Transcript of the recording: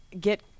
get